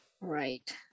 right